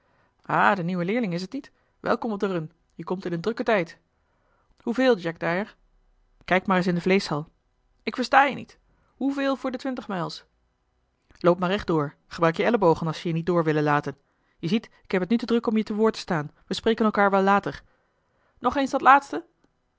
de nieuwe leerling is t niet welkom op de run je komt in een drukken tijd hoeveel jack deyer kijk maar eens in de vleeschhal ik versta je niet hoeveel voor de twintig mijls loop maar recht door gebruik je ellebogen als ze je niet door willen laten je ziet ik heb het nu te druk om je te woord te staan we spreken elkaar wel later nog eens dat laatste